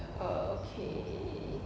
okay